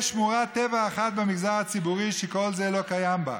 "יש שמורת טבע אחת במגזר הציבורי שכל זה לא קיים בה,